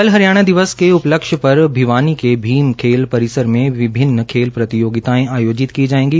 कल हरियाणा दिवस के उपलक्ष्य पर भिवानी के भीम खेल परिसर में विभिन्न खेल प्रतियोगिताएं आयोजित की जाएंगी